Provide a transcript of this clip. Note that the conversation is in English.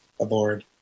aboard